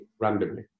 randomly